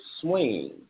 swing